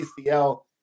ACL